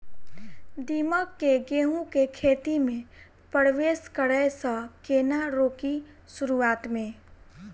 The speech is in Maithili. दीमक केँ गेंहूँ केँ खेती मे परवेश करै सँ केना रोकि शुरुआत में?